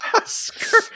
Oscar